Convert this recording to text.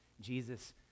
Jesus